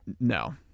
No